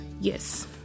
Yes